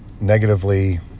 negatively